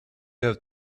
have